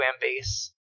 base